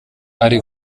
ari